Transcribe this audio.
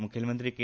मुखेलमंत्री के